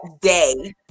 day